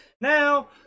now